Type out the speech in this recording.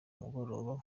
mugoroba